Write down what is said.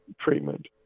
treatment